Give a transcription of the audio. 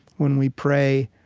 when we pray,